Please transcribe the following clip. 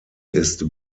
ist